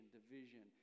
division